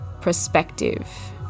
perspective